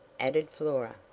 added flora.